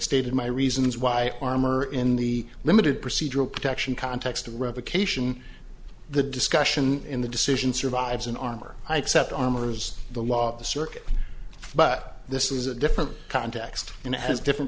stated my reasons why armor in the limited procedural protection context revocation the discussion in the decision survives in armor i except armors the law of the circuit but this is a different context and it has different